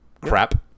Crap